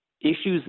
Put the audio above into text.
issues